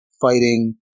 fighting